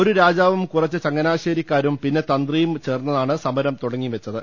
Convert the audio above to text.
ഒരു രാജാവും കുറച്ച് ചങ്ങനാശ്ശേരിക്കാരും പിന്നെ തന്ത്രിയും ചേർന്നാണ് സമരം തുടങ്ങിവെച്ചത്